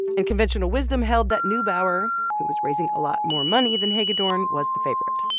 and conventional wisdom held that neubauer, who was raising a lot more money than hagedorn, was the favorite.